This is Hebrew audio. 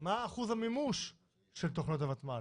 מה אחוז המימוש של תכניות הוותמ"ל?